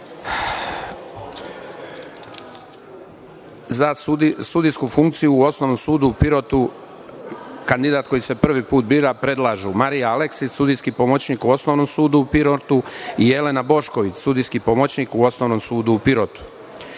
za sudijsku funkciju u Osnovnom sudu u Pirotu, kandidat koji se prvi put bira, predlažu: Marija Aleksić, sudijski pomoćnik u Osnovnom sudu u Pirotu i Jelena Bošković, sudijski pomoćnik u Osnovnom sudu u Pirotu.Za